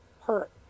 hurt